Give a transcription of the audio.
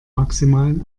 maximalen